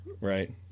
Right